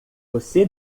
você